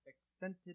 accented